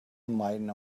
enlightened